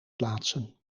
plaatsen